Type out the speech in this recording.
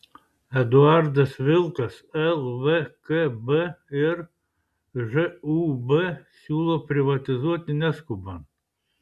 eduardas vilkas lvkb ir žūb siūlo privatizuoti neskubant